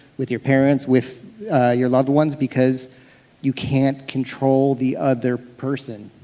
with your parents, with your loved ones because you can't control the other person.